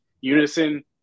unison